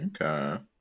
Okay